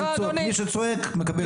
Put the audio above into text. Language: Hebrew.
מי שצועק מקבל זכות דיבור.